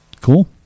Cool